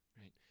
right